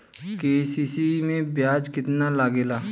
KCC में ब्याज कितना लागेला?